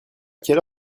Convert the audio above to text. quelle